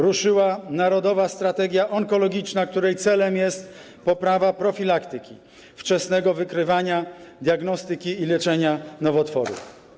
Ruszyła Narodowa Strategia Onkologiczna, której celem jest poprawa profilaktyki, wczesnego wykrywania, diagnostyki i leczenia nowotworów.